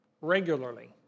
regularly